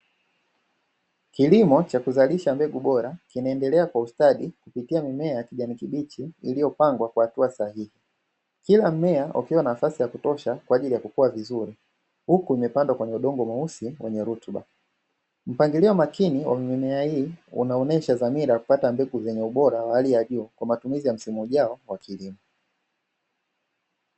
Kilimo cha kuzalisha mbegu bora kinaendelea kwa ustadi kupitia mimea ya kijani kibichi iliyopangwa kwa hatua sahihi. Kila mmea ukiwa na nafasi ya kutosha kwa ajili ya kukua vizuri, huku imepandwa kwenye udongo mweusi wenye rutuba. Mpangilio makini wa mimea hii unaonyesha dhamira ya kupata mbegu zenye ubora wa hali ya juu, kwa matumizi ya msimu ujao wa kilimo.